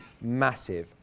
massive